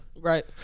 right